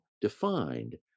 defined